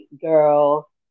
girl